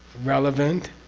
relevant,